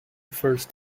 first